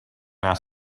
asked